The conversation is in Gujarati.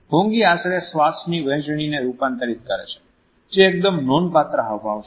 હોંગી આશરે શ્વાસની વહેંચણીને રૂપાંતરિત કરે છે જે એકદમ નોંધપાત્ર હાવભાવ છે